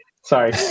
Sorry